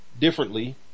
differently